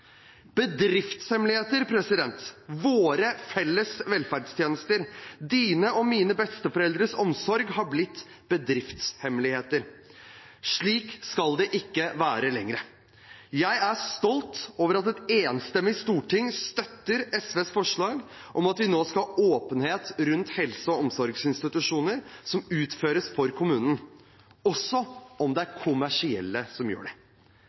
bedriftshemmeligheter. Bedriftshemmeligheter! Våre felles velferdstjenester – dine og mine besteforeldres omsorg – har blitt bedriftshemmeligheter. Slik skal det ikke være lenger. Jeg er stolt over at et enstemmig storting støtter SVs forslag om at vi nå skal ha åpenhet rundt tjenester fra helse- og omsorgsinstitusjoner som utføres for kommunen, også om de kommersielle gjør det.